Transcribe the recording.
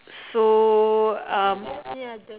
so um